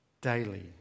daily